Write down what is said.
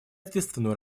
ответственную